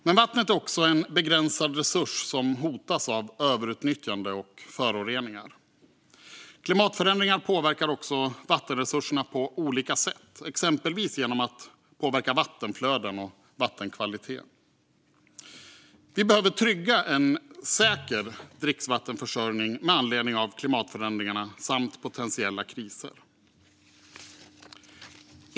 Men vattnet är också en begränsad resurs som hotas av överutnyttjande och föroreningar. Klimatförändringar påverkar också vattenresurserna på olika sätt, exempelvis genom att påverka vattenflöden och vattenkvaliteter. Vi behöver trygga en säker dricksvattenförsörjning med anledning av klimatförändringarna samt potentiella kriser.